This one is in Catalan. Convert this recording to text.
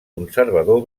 conservador